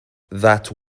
that